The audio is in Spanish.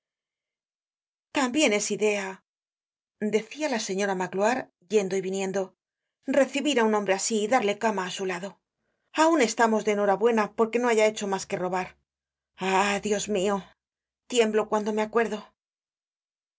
tambien es idea decia la señora magloire yendo y viniendo recibir un hombre asi y darle cama á su lado aun estamos de enhorabuena porque no haya hecho mas que robar ah dios mio tiemblo cuando me acuerdo